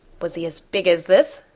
was he as big as this?